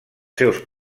seus